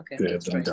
Okay